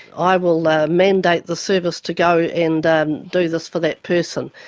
i will mandate the service to go and do this for that person.